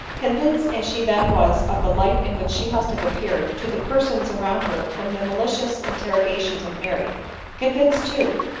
convinced as she then was of the light in which she must have appeared to the persons around her from the mali cious interrogatories of mary convinced too,